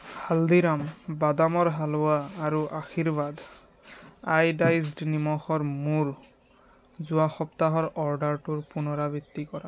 হালদিৰাম বাদামৰ হালোৱা আৰু আশীৰ্বাদ আয়'ডাইজড নিমখৰ মোৰ যোৱা সপ্তাহৰ অৰ্ডাৰটোৰ পুনৰাবৃত্তি কৰা